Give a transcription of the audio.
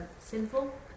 sinful